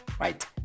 right